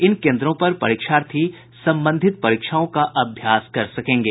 इन केंद्रों पर परीक्षार्थी संबंधित परीक्षाओं का अभ्यास कर सकेंगे